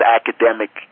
academic